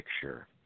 picture